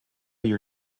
your